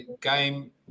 game